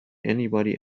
anybody